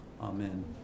amen